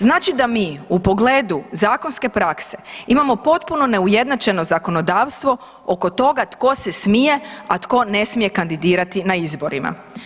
Znači da mi u pogledu zakonske prakse imamo potpuno neujednačeno zakonodavstvo oko toga tko se smije, a tko ne smije kandidirati na izborima.